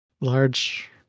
large